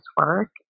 work